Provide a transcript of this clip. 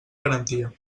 garantia